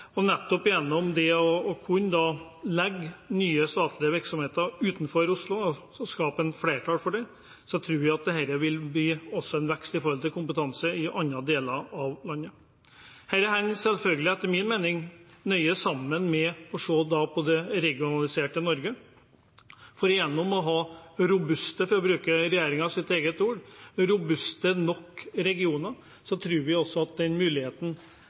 og nettopp gjennom å legge nye statlige virksomheter utenfor Oslo, og skape flertall for det, tror vi dette også vil bli en vekst i kompetanse i andre deler av landet. Dette henger, etter min mening, selvfølgelig nøye sammen med at en ser på det regionaliserte Norge. For gjennom å ha robuste nok regioner, for å bruke regjeringens egne ord, tror vi også at den muligheten